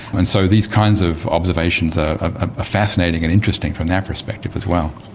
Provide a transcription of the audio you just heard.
and so these kinds of observations are ah fascinating and interesting from that perspective as well.